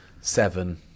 seven